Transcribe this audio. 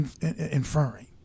inferring